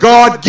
God